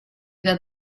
got